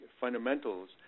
fundamentals